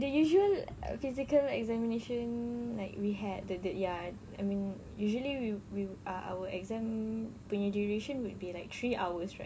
the usual physical examination like we had the the ya I mean usually we we uh our exam punya duration would be like three hours right